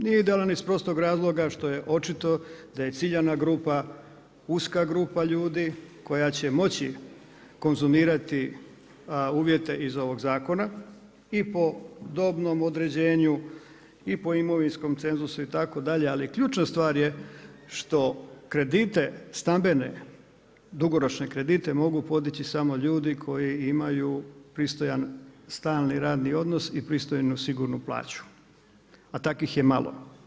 Nije idealan iz prostog razloga što je očito da je ciljana grupa, uska grupa ljudi koja će moći konzumirati uvjete iz ovog zakona i po dobnom određenju i po imovinskom cenzusu itd., ali ključna stvar je što kredite stambene, dugoročne kredite mogu podići samo ljudi koji imaju pristojan stan i radni odnos i pristojnu sigurnu plaću, a takvih je malo.